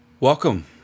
Welcome